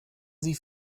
sie